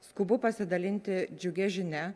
skubu pasidalinti džiugia žinia